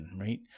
right